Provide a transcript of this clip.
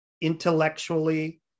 intellectually